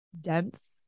dense